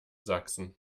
sachsen